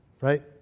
right